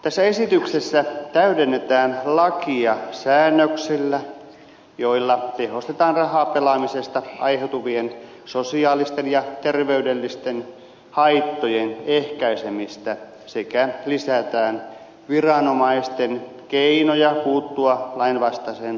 tässä esityksessä täydennetään lakia säännöksillä joilla tehostetaan rahapelaamisesta aiheutuvien sosiaalisten ja terveydellisten haittojen ehkäisemistä sekä lisätään viranomaisten keinoja puuttua lainvastaiseen toimintaan